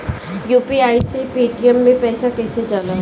UPI से Paytm मे पैसा कइसे जाला?